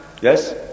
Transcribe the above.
Yes